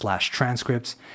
transcripts